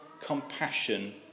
compassion